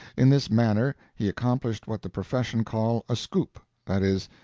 in this manner he accomplished what the profession call a scoop that is,